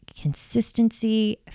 consistency